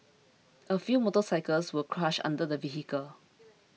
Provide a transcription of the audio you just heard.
a few motorcycles were crushed under the vehicle